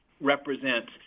represents